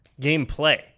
gameplay